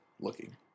looking